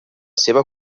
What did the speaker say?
seva